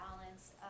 balance